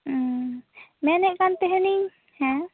ᱩᱸ ᱢᱮᱱᱮᱫ ᱠᱟᱱ ᱛᱟᱦᱮᱱᱟᱹᱧ ᱦᱮᱸ